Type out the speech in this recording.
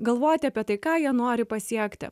galvoti apie tai ką jie nori pasiekti